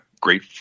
great